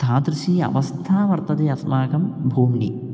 तादृशी अवस्था वर्तते अस्माकं भूम्नि